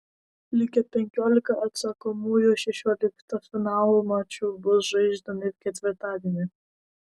likę penkiolika atsakomųjų šešioliktfinalio mačų bus žaidžiami ketvirtadienį